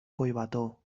collbató